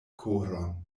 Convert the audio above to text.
koron